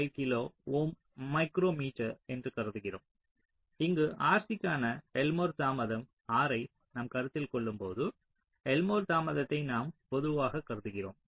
5 kilo ohm micrometer என்று கருதுகிறோம் இங்கு RC க்கான எல்மோர் தாமதம் R ஐ நாம் கருத்தில் கொள்ளும்போது எல்மோர் தாமதத்தை நாம் பொதுவாகக் கருதுகிறோம்